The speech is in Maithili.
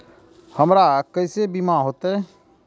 हमरा केसे बीमा होते?